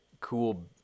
cool